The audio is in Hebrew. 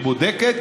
אני בודק.